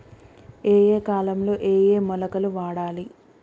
ఏయే కాలంలో ఏయే మొలకలు వాడాలి?